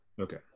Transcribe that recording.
okay